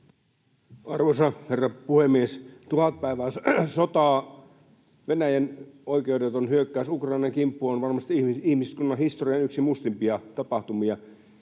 Arvoisa herra puhemies! Tuhat päivää sotaa. Venäjän oikeudeton hyökkäys Ukrainan kimppuun on varmasti yksi ihmiskunnan historian mustimpia tapahtumia